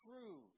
true